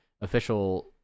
official